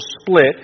split